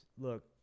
look